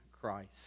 Christ